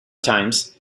times